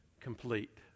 complete